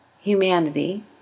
humanity